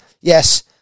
Yes